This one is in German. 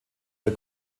der